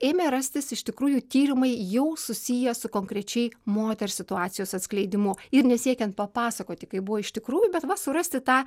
ėmė rastis iš tikrųjų tyrimai jau susiję su konkrečiai moters situacijos atskleidimu ir nesiekiant papasakoti kaip buvo iš tikrųjų bet va surasti tą